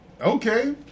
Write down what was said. okay